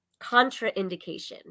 Contraindication